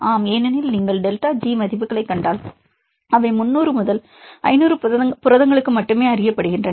ஆம் ஏனெனில் நீங்கள் டெல்டா ஜி மதிப்புகளைக் கண்டால் அவை 300 முதல் 500 புரதங்களுக்கு மட்டுமே அறியப்படுகின்றன